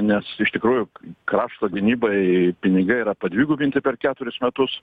nes iš tikrųjų krašto gynybai pinigai yra padvigubinti per keturis metus